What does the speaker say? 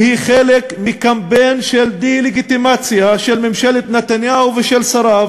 והיא חלק מקמפיין של דה-לגיטימציה של ממשלת נתניהו ושל שריו